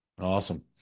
Awesome